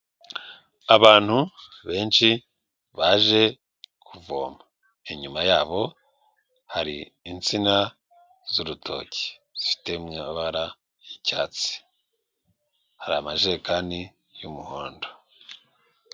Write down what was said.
Abantu benshi baje kuvoma inyuma yabo hari insina z'urutoki zifite mu mabara y'icyatsi, hari amajekani y'umuhondo.